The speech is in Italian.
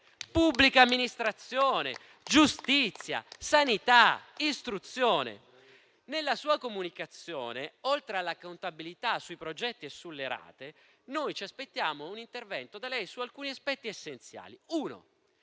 pubblica amministrazione, giustizia, sanità, istruzione. Nella sua comunicazione, oltre alla contabilità sui progetti e sulle rate, ci aspettavamo da lei un intervento su alcuni aspetti essenziali. Uno: